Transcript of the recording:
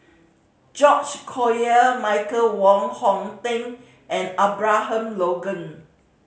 George Collyer Michael Wong Hong Teng and Abraham Logan